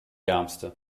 ärmste